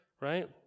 right